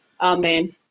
Amen